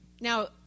Now